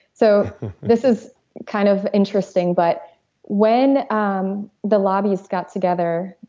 so this is kind of interesting but when um the lobbyists got together,